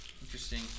Interesting